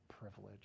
privilege